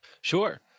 Sure